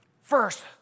First